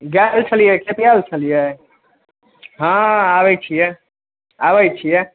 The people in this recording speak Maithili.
गेल छलिए कतिआएल छलिए हँ आबै छिए आबै छिए